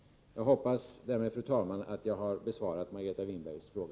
Jag hoppas därmed, fru talman, att jag har besvarat Margareta Winbergs fråga.